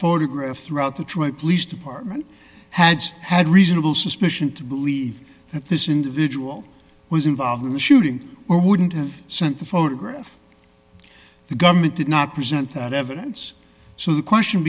photograph throughout the to a police department had had reasonable suspicion to believe that this individual was involved in the shooting or wouldn't have sent the photograph the government did not present that evidence so the question